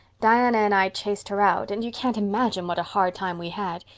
diana and i chased her out and you can't imagine what a hard time we had.